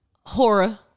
Horror